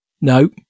No